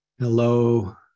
Hello